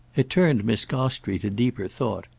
it turned miss gostrey to deeper thought.